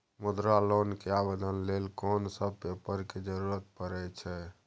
मुद्रा लोन के आवेदन लेल कोन सब पेपर के जरूरत परै छै?